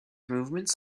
movements